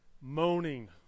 moaning